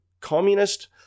communist